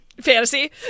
fantasy